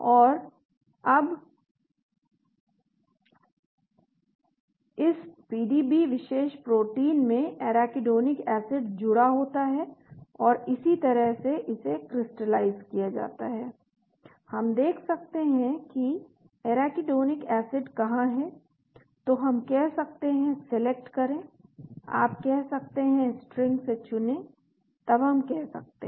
और अब इस पीडीबी विशेष प्रोटीन में एराकिडोनिक एसिड जुड़ा होता है और इसी तरह इसे क्रिस्टलाइज़ किया जाता है हम देख सकते हैं कि एराकिडोनिक एसिड कहाँ है तो हम कह सकते हैं सेलेक्ट करें आप कह सकते हैं स्ट्रिंग से चुनें तब हम कह सकते हैं